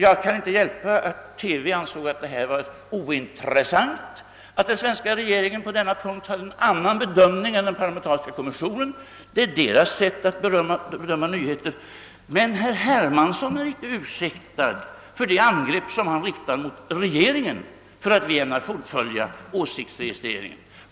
Jag kan inte hjälpa att TV ansåg det ointressant att den svenska regeringen på denna punkt hade en annan bedömning än den parlamentariska nämnden. Det var TV:s sätt att bedöma nyheter. Men herr Hermansson är inte ursäktad för de 'angrepp han riktar mot regeringen för att den ämnar fullfölja åsiktsregistreringen.